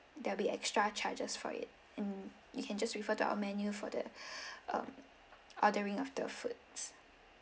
there'll be extra charges for it and you can just refer to our menu for the um ordering of the foods